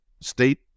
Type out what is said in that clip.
state